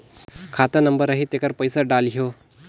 खाता नंबर आही तेकर पइसा डलहीओ?